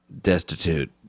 Destitute